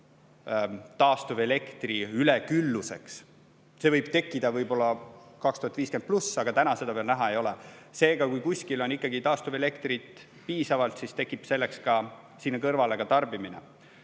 taastuvelektri ülekülluseks. See võib tekkida pärast 2050. aastat, aga täna seda veel näha ei ole. Seega, kui kuskil on ikkagi taastuvelektrit piisavalt, siis tekib selleks sinna kõrvale ka tarbimine.